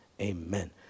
amen